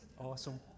awesome